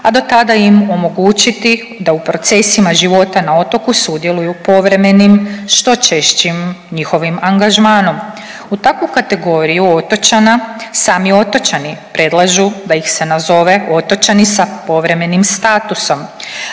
a do tada im omogućiti da u procesima života na otoku sudjeluju povremenim što češćim njihovim angažmanom. U takvu kategoriju otočana sami otočani predlažu da ih se nazove otočani sa povremenim statusom,